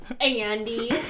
Andy